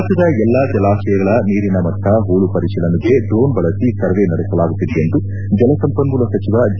ರಾಜ್ಯದ ಎಲ್ಲಾ ಜಲಾಶಯಗಳ ನೀರಿನ ಮಟ್ಟ ಹೂಳು ಪರಿಶೀಲನೆಗೆ ಡ್ರೋಣ್ ಬಳಸಿ ಸರ್ವೇ ನಡೆಸಲಾಗುತ್ತಿದೆ ಎಂದು ಜಲಸಂಪನ್ಮೂಲ ಸಚಿವ ಡಿ